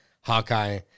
Hawkeye